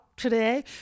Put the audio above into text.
Today